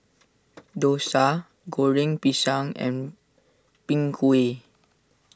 Dosa Goreng Pisang and Png Kueh